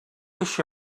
eixe